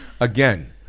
again